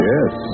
Yes